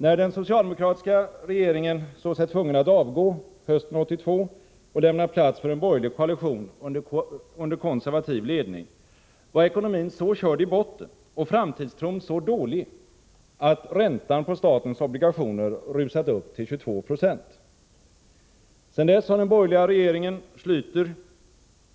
När den socialdemokratiska regeringen i Danmark såg sig tvungen att avgå hösten 1982 och lämna plats för en borgerlig koalition under konservativ ledning var ekonomin så körd i botten och framtidstron så dålig, att räntan på statens obligationer rusat upp till 22 96. Sedan dess har den borgerliga regeringen Schläter